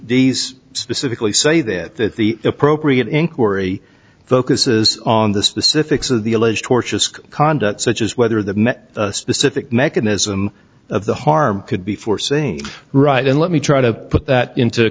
these specifically say that the appropriate inquiry focuses on the specifics of the alleged torture asc conduct such as whether specific mechanism of the harm could be forcing right and let me try to put that into